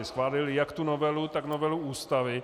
Schválili jak tu novelu, tak novelu Ústavy.